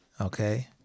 okay